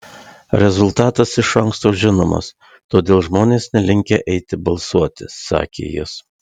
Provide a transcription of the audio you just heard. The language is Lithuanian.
rezultatas iš anksto žinomas todėl žmonės nelinkę eiti balsuoti sakė jis